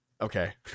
Okay